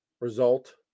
result